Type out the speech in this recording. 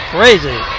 Crazy